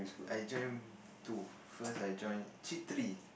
I join two first I join actually three